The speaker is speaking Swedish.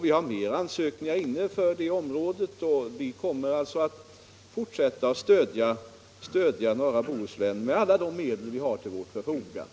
Vi har flera ansökningar liggande för det området, och vi kommer att fortsätta att stödja norra Bohuslän med alla de medel vi har till vårt förfogande.